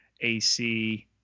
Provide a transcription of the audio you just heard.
AC